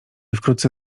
wkrótce